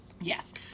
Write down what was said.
Yes